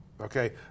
Okay